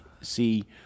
see